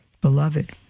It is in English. Beloved